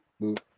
boop